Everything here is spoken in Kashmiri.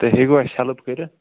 تُہۍ ہیٚکوا اَسہِ ہیٚلٕپ کٔرِتھ